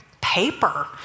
paper